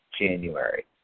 January